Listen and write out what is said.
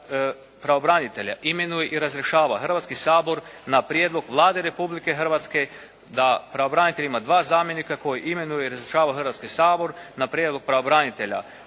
Hrvatski sabor